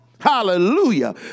hallelujah